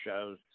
shows